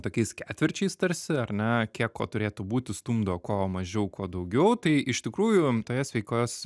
tokiais ketvirčiais tarsi ar ne kiek ko turėtų būti stumdo ko mažiau ko daugiau tai iš tikrųjų toje sveikos